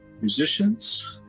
Musicians